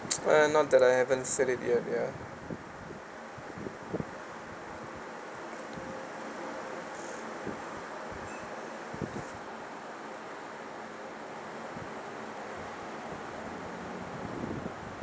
uh not that I haven't said it yet ya